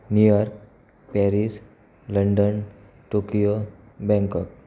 New York Paris London Tokyo Bangkok